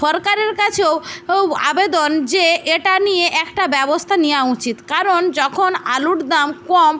সরকারের কাছেও ও আবেদন যে এটা নিয়ে একটা ব্যবস্থা নেওয়া উচিত কারণ যখন আলুর দাম কম